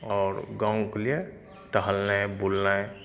आओर गाँवके लिए टहलनाइ बुलनाइ